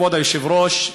כבוד היושב-ראש,